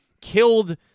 killed